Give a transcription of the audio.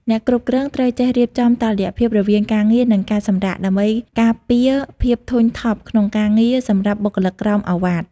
អ្នកគ្រប់គ្រងត្រូវចេះរៀបចំតុល្យភាពរវាងការងារ និងការសម្រាក ដើម្បីការពារភាពធុញថប់ក្នុងការងារ សម្រាប់បុគ្គលិកក្រោមឱវាទ។